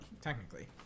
technically